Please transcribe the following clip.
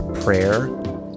prayer